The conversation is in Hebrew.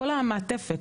כל המעטפת,